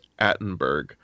Attenberg